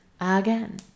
again